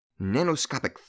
Nanoscopic